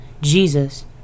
Jesus